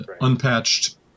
unpatched